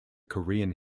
korean